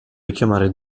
richiamare